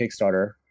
Kickstarter